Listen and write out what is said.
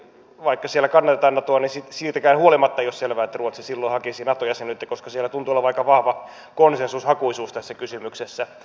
vaikka siellä kannatetaan natoa niin siitäkään huolimatta ei ole selvää että ruotsi silloin hakisi nato jäsenyyttä koska siellä tuntuu olevan aika vahva konsensushakuisuus tässä kysymyksessä